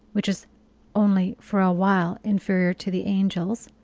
which is only for a while inferior to the angels,